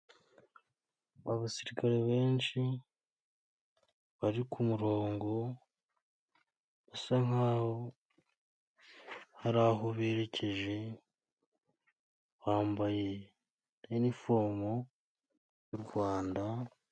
Abasirikare benshi bari ku murongo, usa nkaho hari aho berekeje, bambaye inifomu y'u Rwanda.